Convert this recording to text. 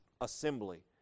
assembly